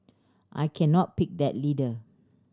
I cannot pick that leader